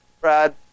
Brad